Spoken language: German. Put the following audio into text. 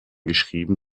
geschrieben